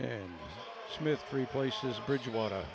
and smith three places bridgewater